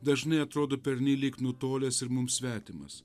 dažnai atrodo pernelyg nutolęs ir mums svetimas